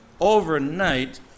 overnight